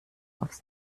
aufs